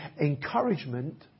encouragement